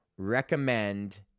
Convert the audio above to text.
recommend